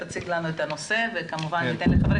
תציג לנו את הנושא וכמובן ניתן לחברי